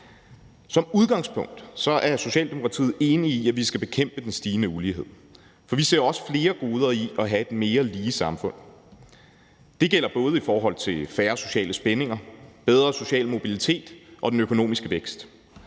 Som udgangspunkt er Socialdemokratiet enig i, at vi skal bekæmpe den stigende ulighed, for vi ser også flere goder i at have et mere lige samfund. Det gælder både i forhold til færre sociale spændinger, bedre social mobilitet og den økonomiske vækst.